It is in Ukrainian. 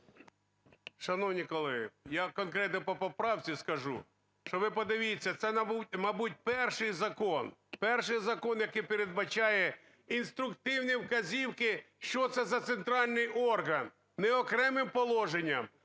Шановні колеги, я конкретно по поправці скажу, що ви подивіться, це, мабуть, перший закон, перший закон, який передбачає інструктивні вказівки, що це за центральний орган, не окремим положенням,